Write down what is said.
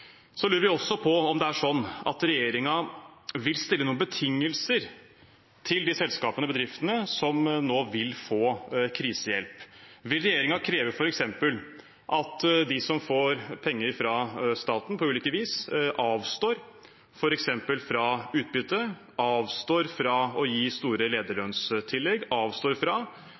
lurer også på om regjeringen vil stille noen betingelser til de selskapene og bedriftene som nå vil få krisehjelp. Vil regjeringen f.eks. kreve at de som får penger fra staten på ulike vis, avstår f.eks. fra utbytte, avstår fra å gi store lederlønnstillegg og avstår fra